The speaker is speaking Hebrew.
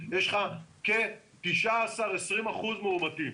יש לך כ-20-19 אחוזים מאומתים.